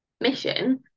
mission